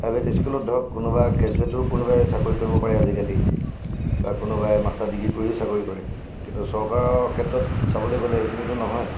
private স্কুলত ধৰক কোনোবা গ্ৰেজুৱেটো কোনোবাই চাকৰি কৰিব পাৰে আজিকালি বা কোনোবাই মাষ্টাৰ ডিগ্ৰী কৰিও চাকৰি কৰে কিন্তু চৰকাৰৰ ক্ষেত্ৰত চাবলৈ গ'লে সেইখিনিতো নহয়